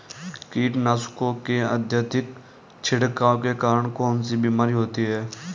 कीटनाशकों के अत्यधिक छिड़काव के कारण कौन सी बीमारी होती है?